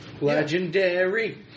Legendary